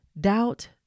doubt